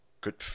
Good